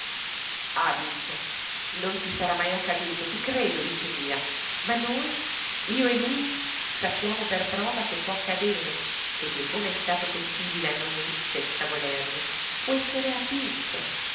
ah bice non ti sarà mai accaduto ti credo bice mia ma noi io e lui sappiamo per prova che può accadere e che come è stato possibile a noi senza volerlo può essere a chiunque